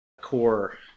core